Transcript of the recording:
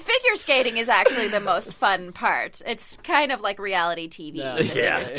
figure skating is actually the most fun part. it's kind of like reality tv yeah